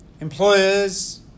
Employers